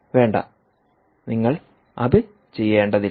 വേണ്ട നിങ്ങൾ അത് ചെയ്യേണ്ടതില്ല